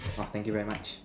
oh thank you very much